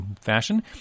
fashion